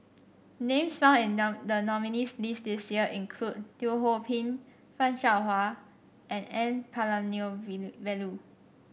names found in the the nominees' list this year include Teo Ho Pin Fan Shao Hua and N Palanivelu